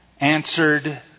answered